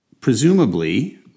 Presumably